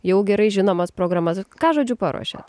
jau gerai žinomas programas ką žodžiu paruošėt